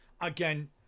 again